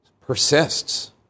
persists